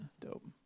Dope